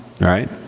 Right